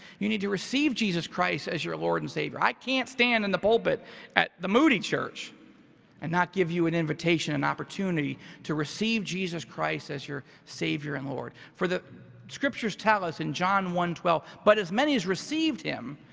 you need to receive jesus christ as your lord and savior. i can't stand in the pulpit at the moody church and not give you an invitation and opportunity to receive jesus christ as your savior and lord. for the scriptures, tell us in john one twelve, but as many as received him,